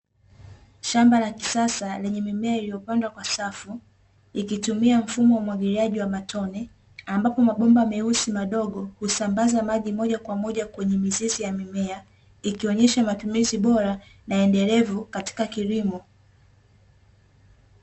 Shamba la kisasa lenye mimea iliyopandwa kwa safu, likitumia mfumo wa umwagiliaji wa matone ambapo mabomba meusi madogo husambaza maji moja kwa moja kwenye mizizi ya mimea ikionyesha matumizi bora na endelevu katika kilimo.